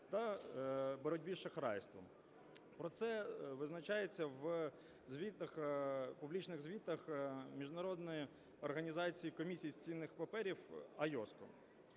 та боротьбі з шахрайством. Про це визначається у звітах, публічних звітах Міжнародної організації комісій з цінних паперів (IOSCO).